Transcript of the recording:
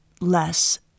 less